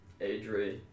Adri